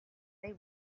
they